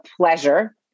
pleasure